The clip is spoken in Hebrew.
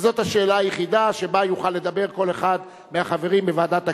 וזאת השאלה היחידה שבה יוכל לדבר כל אחד מהחברים בוועדת הכנסת.